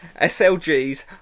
SLGs